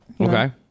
Okay